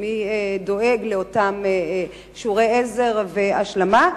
מי דואג לאותם שיעורי עזר והשלמה?